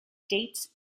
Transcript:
dates